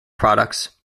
products